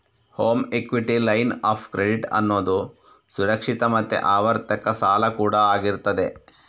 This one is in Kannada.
home equity line of credit ಅನ್ನುದು ಸುರಕ್ಷಿತ ಮತ್ತೆ ಆವರ್ತಕ ಸಾಲ ಕೂಡಾ ಆಗಿರ್ತದೆ